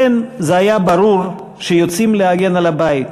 לכם זה היה ברור שיוצאים להגן על הבית.